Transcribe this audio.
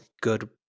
good